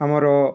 ଆମର